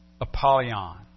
Apollyon